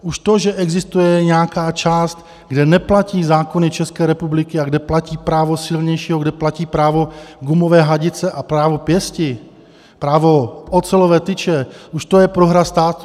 Už to, že existuje nějaká část, kde neplatí zákony České republiky a kde platí právo silnějšího, kde platí právo gumové hadice a právo pěsti, právo ocelové tyče, už to je prohra státu.